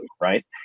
right